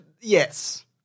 yes